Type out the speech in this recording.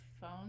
phone